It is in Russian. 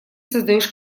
создаешь